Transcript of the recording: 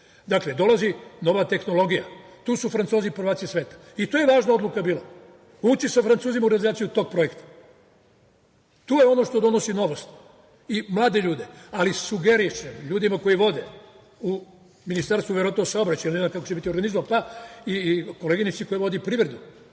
gore. Dakle, dolazi nova tehnologija, tu su Francuzi prvaci sveta i to je važna odluka bila ući sa Francuzima u realizaciju tog projekta. Tu je ono što donosi novac i mlade ljude, ali sugerišem ljudima koji vode u Ministarstvu saobraćaja, verovatno, ne znam kako će biti organizovano, pa i koleginici koja vodi privredu,